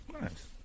Nice